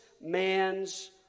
man's